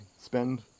spend